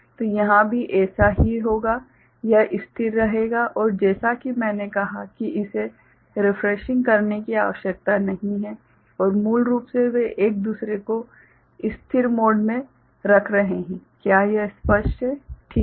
तो यहाँ भी ऐसा ही होगा यह स्थिर रहेगा और जैसा कि मैंने कहा कि इसे रिफ्रेशिंग करने की आवश्यकता नहीं है और मूल रूप से वे एक दूसरे को एक स्थिर मोड में रख रहे हैं क्या यह स्पष्ट है ठीक है